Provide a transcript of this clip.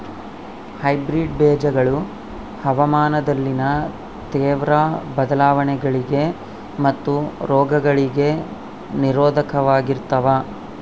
hybrid ಬೇಜಗಳು ಹವಾಮಾನದಲ್ಲಿನ ತೇವ್ರ ಬದಲಾವಣೆಗಳಿಗೆ ಮತ್ತು ರೋಗಗಳಿಗೆ ನಿರೋಧಕವಾಗಿರ್ತವ